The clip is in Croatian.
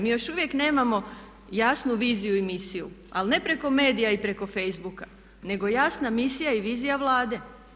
Mi još uvijek nemamo jasnu viziju i misiju, ali ne preko medija i preko Facebooka, nego jasna misija i vizija Vlade.